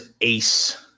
ace